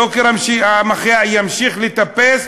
יוקר המחיה ימשיך לטפס,